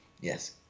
Yes